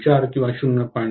4 किंवा 0